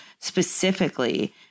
specifically